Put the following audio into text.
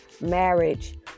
marriage